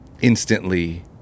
instantly